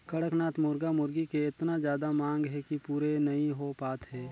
कड़कनाथ मुरगा मुरगी के एतना जादा मांग हे कि पूरे नइ हो पात हे